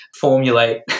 formulate